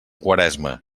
quaresma